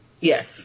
Yes